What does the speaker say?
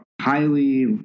highly